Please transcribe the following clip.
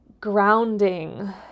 grounding